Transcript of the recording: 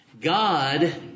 God